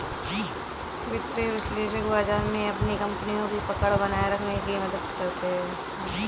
वित्तीय विश्लेषक बाजार में अपनी कपनियों की पकड़ बनाये रखने में मदद करते हैं